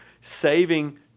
saving